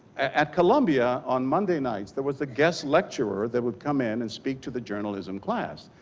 at columbia on monday nights there was a guest lecturer that would come in and speak to the journalism class.